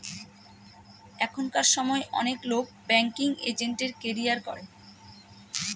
এখনকার সময় অনেক লোক ব্যাঙ্কিং এজেন্টের ক্যারিয়ার করে